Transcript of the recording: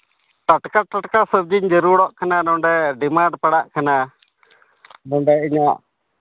ᱴᱟᱴᱠᱟ ᱴᱟᱴᱠᱟ ᱥᱚᱵᱽᱡᱤᱧ ᱡᱟᱹᱨᱩᱲᱚᱜ ᱠᱟᱱᱟ ᱱᱚᱰᱮ ᱰᱤᱢᱟᱱᱰ ᱯᱟᱲᱟᱜ ᱠᱟᱱᱟ ᱱᱚᱰᱮ ᱤᱧᱟᱹᱜ